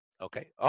Okay